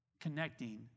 connecting